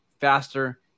faster